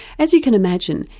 as you can imagine,